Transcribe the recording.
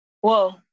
Whoa